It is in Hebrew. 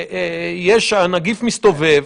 הנגיף מסתובב.